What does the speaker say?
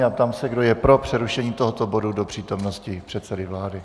Ptám se, kdo je pro přerušení tohoto bodu do přítomnosti předsedy vlády.